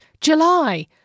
July